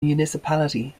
municipality